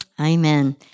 Amen